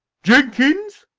jenkins,